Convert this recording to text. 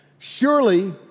Surely